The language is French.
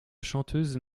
chanteuse